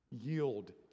yield